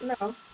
no